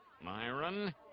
Myron